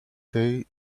day